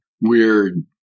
weird